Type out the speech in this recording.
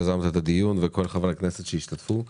תודה רבה שיזמת את הדיון ותודה לכל חברי הכנסת שהשתתפו בו.